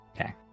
Okay